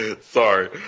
Sorry